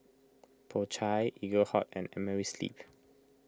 Po Chai Eaglehawk and Amerisleep